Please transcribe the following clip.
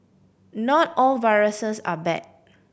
not all viruses are bad